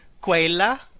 quella